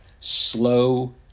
slow